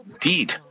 deed